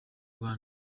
rwanda